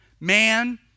Man